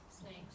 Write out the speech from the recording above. snakes